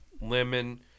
lemon